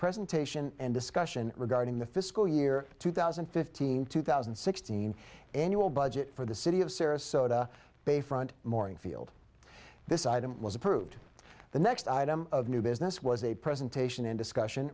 presentation and discussion regarding the fiscal year two thousand and fifteen two thousand and sixteen annual budget for the city of sarasota bayfront morning field this item was approved the next item of new business was a presentation in discussion